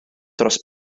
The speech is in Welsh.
dros